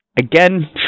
Again